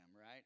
right